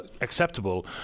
acceptable